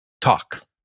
talk